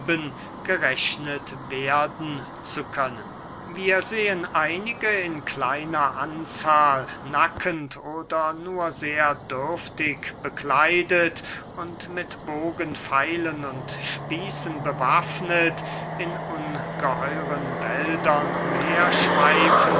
gerechnet werden zu können wir sehen einige in kleiner anzahl nackend oder nur sehr dürftig bekleidet und mit bogen pfeilen und spießen bewaffnet in ungeheuren wäldern